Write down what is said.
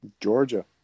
Georgia